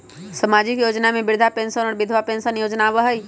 सामाजिक योजना में वृद्धा पेंसन और विधवा पेंसन योजना आबह ई?